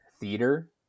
theater